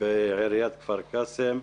בעיריית כפר קאסם.